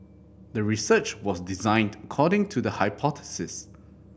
the research was designed according to the hypothesis